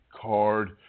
card